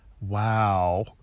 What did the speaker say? wow